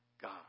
God